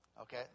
Okay